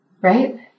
right